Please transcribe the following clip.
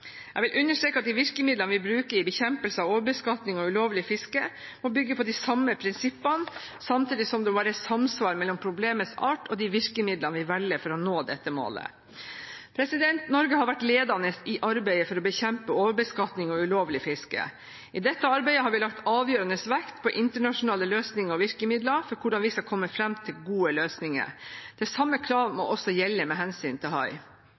Jeg vil understreke at de virkemidlene vi bruker i bekjempelse av overbeskatning og ulovlig fiske, må bygge på de samme prinsippene, samtidig som det må være samsvar mellom problemets art og de virkemidlene vi velger for å nå dette målet. Norge har vært ledende i arbeidet for å bekjempe overbeskatning og ulovlig fiske. I dette arbeidet har vi lagt avgjørende vekt på internasjonale løsninger og virkemidler for hvordan vi skal komme fram til gode løsninger. Det samme kravet må også gjelde med hensyn til